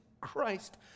Christ